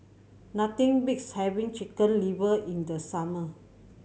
nothing beats having Chicken Liver in the summer